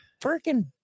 freaking